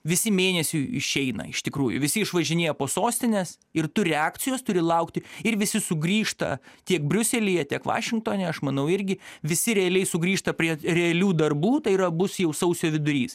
visi mėnesiui išeina iš tikrųjų visi išvažinėja po sostines ir turi akcijos turi laukti ir visi sugrįžta tiek briuselyje tiek vašingtone aš manau irgi visi realiai sugrįžta prie realių darbų tai yra bus jau sausio vidurys